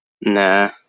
Nah